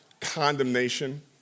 condemnation